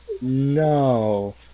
No